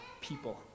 people